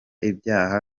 ibyaha